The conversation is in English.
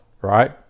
right